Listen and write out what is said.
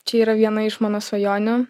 čia yra viena iš mano svajonių